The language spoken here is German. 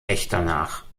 echternach